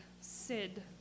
Sid